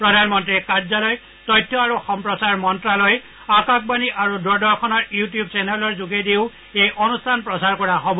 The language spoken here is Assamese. প্ৰধানমন্ত্ৰী কাৰ্য্যলয় তথ্য আৰু সম্প্ৰচাৰ মন্ত্যালয় আকাশবাণী আৰু দূৰদৰ্শনৰ ইউটিউব চেনেলৰ যোগেদিও এই অনুষ্ঠান প্ৰচাৰ কৰা হব